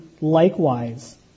likewise